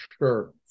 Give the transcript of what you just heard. sure